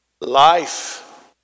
Life